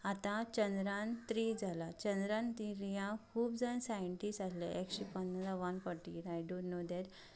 आतां चंद्रायन थ्री जाला चंद्रायन थ्री खूब जाण सायन्टिस्ट आसले एकशें पंदरां one forty five I don't know that